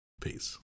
Peace